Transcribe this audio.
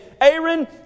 Aaron